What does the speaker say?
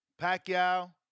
Pacquiao